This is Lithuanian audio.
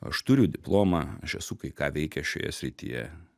aš turiu diplomą aš esu kai ką veikęs šioje srityje